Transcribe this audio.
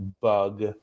bug